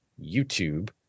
YouTube